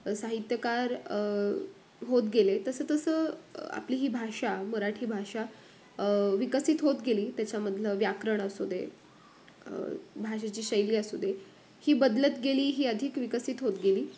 अ साहित्यकार होत गेले तसंतसं आपली ही भाषा मराठी भाषा विकसित होत गेली त्याच्यामधलं व्याकरण असू दे भाषेची शैली असू दे ही बदलत गेली ही अधिक विकसित होत गेली